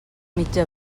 mitja